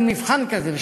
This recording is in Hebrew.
מעין מבחן כזה,